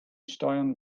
steuern